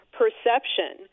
perception